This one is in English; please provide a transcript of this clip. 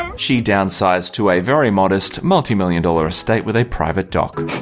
um she downsized to a very modest multi-million dollar estate with a private dock.